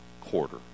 quarter